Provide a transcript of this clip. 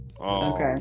Okay